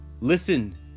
listen